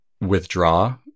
withdraw